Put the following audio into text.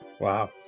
Wow